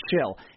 chill